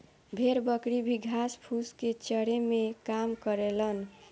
भेड़ बकरी भी घास फूस के चरे में काम करेलन